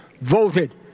voted